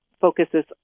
focuses